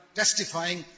testifying